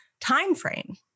timeframe